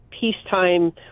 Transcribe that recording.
peacetime